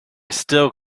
still